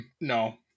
no